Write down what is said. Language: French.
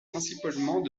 principalement